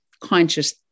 conscious